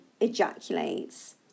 ejaculates